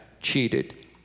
cheated